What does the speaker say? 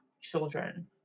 children